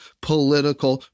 political